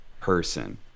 person